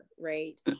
Right